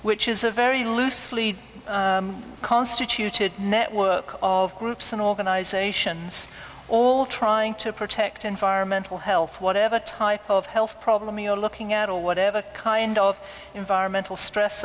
which is a very loosely constituted network of groups and organizations all trying to protect environmental health whatever type of health problem you're looking at or whatever kind of environmental